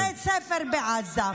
ובתי ספר בעזה.